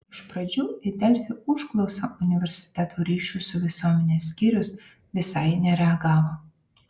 iš pradžių į delfi užklausą universiteto ryšių su visuomene skyrius visai nereagavo